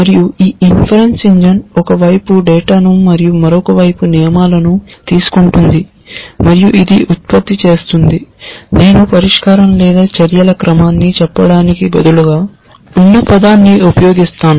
మరియు ఈ ఇన్ఫరన్సఇంజిన్ ఒక వైపు డేటాను మరియు మరోవైపు నియమాలను తీసుకుంటుంది మరియు ఇది ఉత్పత్తి చేస్తుంది నేను పరిష్కారం లేదా చర్యల క్రమాన్ని చెప్పడానికి వదులుగా ఉన్న పదాన్ని ఉపయోగిస్తాను